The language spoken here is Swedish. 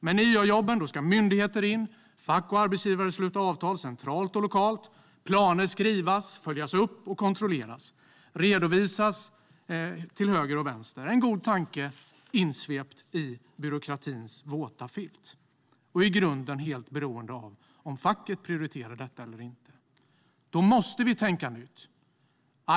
Men i YA-jobben ska myndigheter in, och fack och arbetsgivare ska sluta avtal centralt och lokalt. Planer ska skrivas, följas upp, kontrolleras och redovisas till höger och vänster. Det är en god tanke insvept i byråkratins våta filt och i grunden helt beroende av om facket prioriterar detta eller inte. Då måste vi tänka nytt.